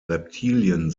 reptilien